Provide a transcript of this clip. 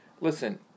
listen